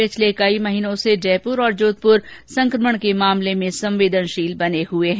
पिछले कई महीनों से जयपुर तथा जोधपुर संकमण के मामले में संवेदनशील स्थान बने हुए है